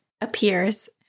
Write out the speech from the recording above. appears